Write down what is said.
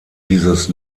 dieses